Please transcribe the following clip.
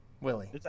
Willie